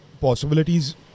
possibilities